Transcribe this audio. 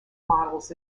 models